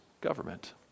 government